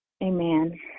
Amen